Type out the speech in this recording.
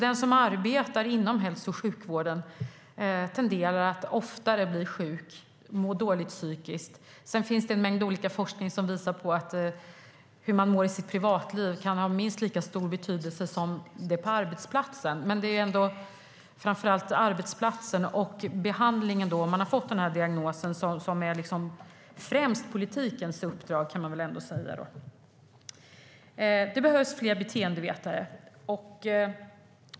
Den som arbetar inom hälso och sjukvården tenderar att oftare bli sjuk och må dåligt psykiskt. Sedan finns det en mängd forskning av olika slag som visar på att det kan ha minst lika stor betydelse hur man mår i sitt privatliv som hur man mår på arbetsplatsen, men man kan väl ändå säga att det främst är arbetsplatsen och behandlingen om man har fått den här diagnosen som är politikens uppdrag. Det behövs fler beteendevetare.